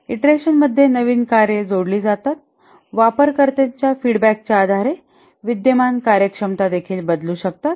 ईंटरेशनमध्ये नवीन कार्ये जोडली जातील आणि वापरकर्त्याच्या फीडबॅकाच्या आधारे विद्यमान कार्यक्षमता देखील बदलू शकतात